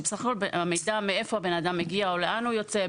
זה בסך הכול המידע מאיפה הבן-אדם מגיע או לאן הוא יוצא,